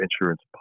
insurance